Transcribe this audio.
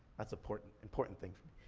that's important, important thing for me.